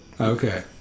Okay